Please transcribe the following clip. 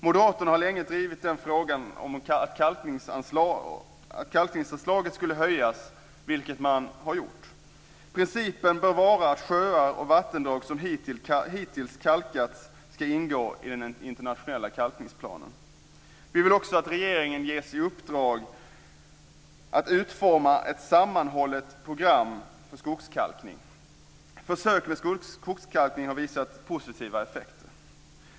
Moderaterna har länge drivit frågan om att kalkningsanslaget skulle höjas, vilket har skett. Principen bör vara att sjöar och vattendrag som hittills kalkats ska ingå i den internationella kalkningsplanen. Vi vill också att regeringen ges i uppdrag att utforma ett sammanhållet program för skogskalkning. Försök med skogskalkning har visat positiva effekter.